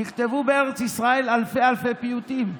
נכתבו בארץ ישראל אלפי אלפי פיוטים,